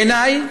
בעיניי,